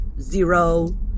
Zero